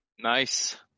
Nice